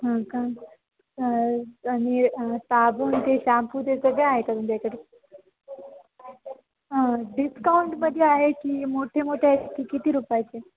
हं का आणि साबण ते शाम्पू ते सगळ आहे का तुमच्याकडे डिस्काउंटमध्ये आहे की मोठे मोठे आहेत की किती रुपयचे